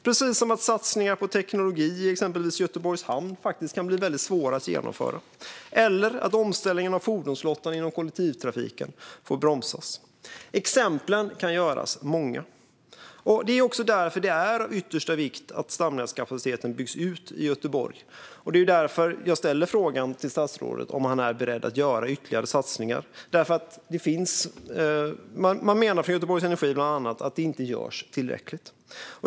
På samma sätt kan satsningar på teknologi i exempelvis Göteborgs hamn bli väldigt svåra att genomföra eller omställningen av fordonsflottan inom kollektivtrafiken få bromsas. Exemplen kan göras många. Därför är det också av yttersta vikt att stamnätskapaciteten byggs ut kring Göteborg. Det är därför jag ställer frågan till statsrådet om han är beredd att göra ytterligare satsningar. Bland andra Göteborg Energi menar att det inte görs tillräckligt.